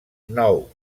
nou